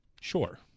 Sure